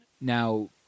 Now